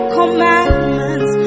commandments